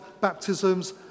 baptisms